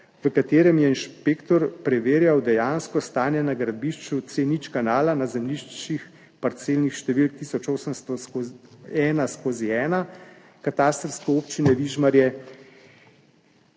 v katerem je inšpektor preverjal dejansko stanje na gradbišču kanala C0 na zemljiščih parcelne številke 1801/1 katastrske občine Vižmarje